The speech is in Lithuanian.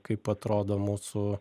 kaip atrodo mūsų